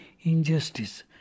injustice